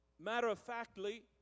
matter-of-factly